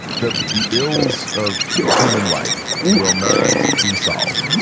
the the ills of human life will not be solved,